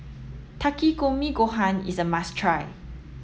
Takikomi Gohan is a must try